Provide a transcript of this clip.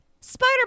Spider